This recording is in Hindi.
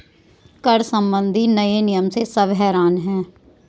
कर संबंधी नए नियम से सब हैरान हैं